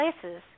places